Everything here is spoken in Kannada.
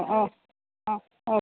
ಹ್ಞೂ ಹ್ಞೂ ಹ್ಞೂ ಓಕೆ